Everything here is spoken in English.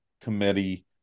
committee